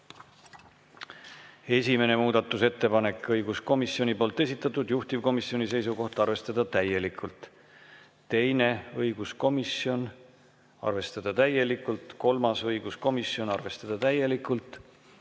Esimene muudatusettepanek, õiguskomisjoni esitatud, juhtivkomisjoni seisukoht on arvestada täielikult. Teine: õiguskomisjon, arvestada täielikult. Kolmas: õiguskomisjon, arvestada täielikult.